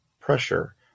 pressure